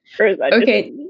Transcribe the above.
Okay